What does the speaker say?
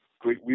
great